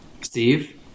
steve